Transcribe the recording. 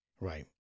Right